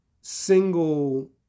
single